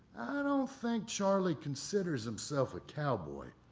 i don't think charlie considers himself a cowboy.